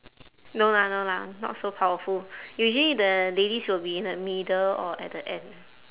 no lah no lah not so powerful usually the ladies will be in the middle or at the end